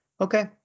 okay